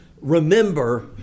remember